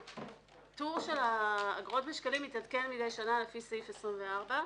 הטור של האגרות בשקלים מתעדכן מידי שנה לפי תקנה 24,